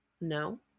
No